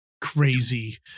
crazy